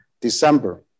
December